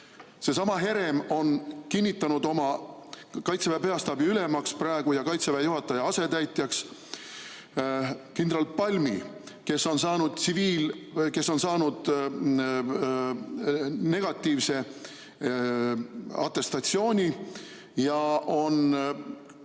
Seesama Herem on kinnitanud Kaitseväe peastaabi ülemaks ja Kaitseväe juhataja asetäitjaks kindral Palmi, kes on saanud negatiivse atestatsiooni ja on